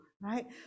right